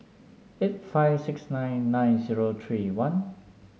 eight five six nine nine zero three one